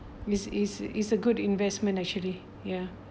it's it's it's a good investment actually ya